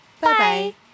Bye-bye